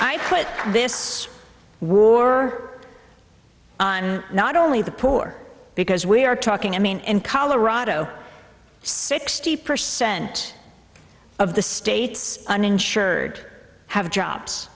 i put this war not only the poor because we are talking i mean in colorado sixty percent of the state's uninsured have jobs